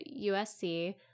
USC